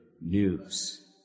news